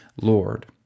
Lord